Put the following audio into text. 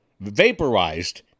vaporized